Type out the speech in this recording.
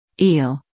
Eel